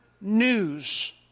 news